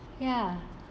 ya